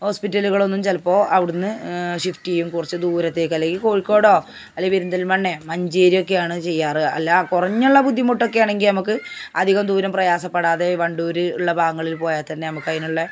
ഹോസ്പിറ്റലുകളൊന്നും ചിലപ്പോൾ അവിടെ നിന്ന് ഷിഫ്റ്റ് ചെയ്യും കുറച്ച് ദൂരത്തേക്ക് അല്ലെങ്കിൽ കോഴിക്കോടൊ അല്ല പെരിന്തല്മണ്ണയോ മഞ്ചേരിയൊക്കെയാണ് ചെയ്യാറുള്ളത് അല്ല കുറഞ്ഞുള്ള ബുദ്ധിമുട്ടൊക്കെ ആണെങ്കിൽ നമുക്ക് അധികം ദൂരം പ്രയാസപ്പെടാതെ വണ്ടൂർ ഉള്ള ഭാഗങ്ങളില് പോയാൽ തന്നെ നമുക്ക് അതിനുള്ള